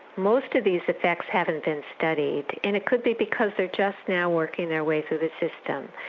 most of these effects haven't been studied, and it could be because they're just now working their way through the system.